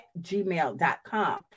gmail.com